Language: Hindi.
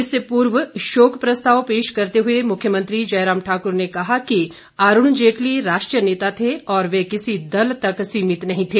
इससे पूर्व शोक प्रस्ताव पेश करते हुए मुख्यमंत्री जयराम ठाकुर ने कहा कि अरुण जेटली राष्ट्रीय नेता थे और वे किसी दल तक सीमित नहीं थे